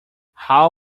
how